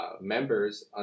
members